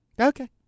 Okay